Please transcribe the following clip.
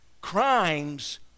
Crimes